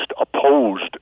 opposed